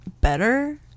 better